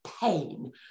pain